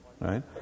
Right